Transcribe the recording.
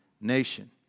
nation